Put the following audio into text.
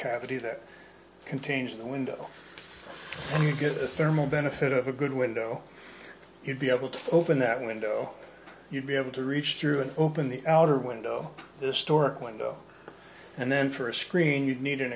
cavity that contains the window when you get a thermal benefit of a good window you'd be able to open that window you'd be able to reach through an open the outer window this stork window and then for a screen you'd need an